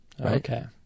Okay